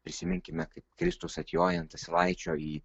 prisiminkime kaip kristus atjojo ant asilaičio į